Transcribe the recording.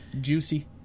Juicy